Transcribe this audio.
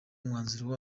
umwanzuro